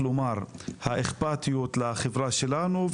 האכפתיות לחברה שלנו,